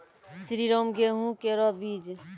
श्रीराम गेहूँ केरो बीज?